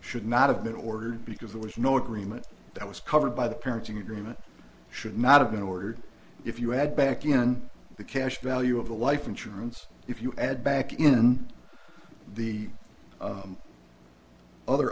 should not have been ordered because there was no agreement that was covered by the parenting agreement should not have been ordered if you add back in the cash value of the life insurance if you add back in the other